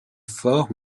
fort